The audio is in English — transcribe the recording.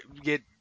get